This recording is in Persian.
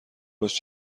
باش